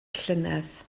llynedd